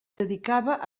dedicava